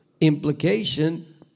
implication